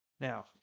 Now